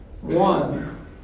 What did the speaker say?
One